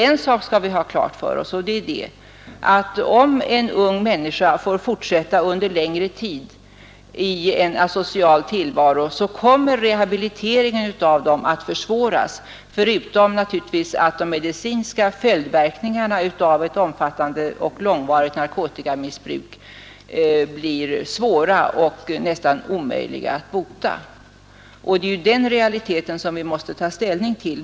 En sak skall vi ha klart för oss, och det är att om en ung människa under en längre tid får fortsätta i en asocial tillvaro kommer rehabiliteringen att försvåras förutom naturligtvis att de medicinska följdverkningarna av ett omfattande och långvarigt narkotikamissbruk blir svåra och nästan omöjliga att bota. Det är den realiteten vi måste ta ställning till.